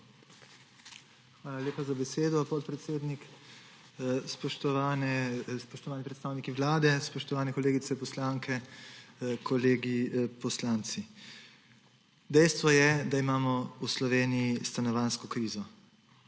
Hvala lepa za besedo, podpredsednik. Spoštovani predstavniki Vlade, spoštovane kolegice poslanke, kolegi poslanci! Dejstvo je, da imamo v Sloveniji stanovanjsko krizo.